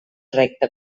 recta